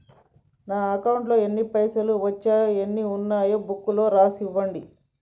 నా అకౌంట్లో ఎన్ని పైసలు వచ్చినాయో ఎన్ని ఉన్నాయో బుక్ లో రాసి ఇవ్వండి?